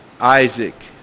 Isaac